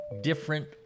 different